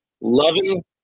loving